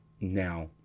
now